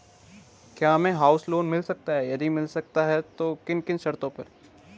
क्या हमें house loan मिल सकता है यदि मिल सकता है तो किन किन शर्तों पर?